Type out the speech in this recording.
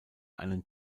einen